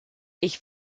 ich